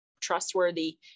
trustworthy